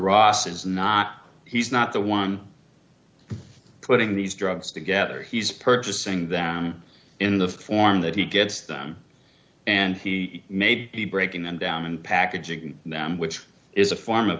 ross is not he's not the one putting these drugs together he's purchasing them in the form that he gets them and he made the breaking them down and packaging them which is a form of